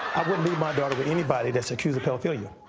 i wouldn't leave my daughter with anybody that's accused of pedophilia,